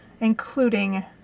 including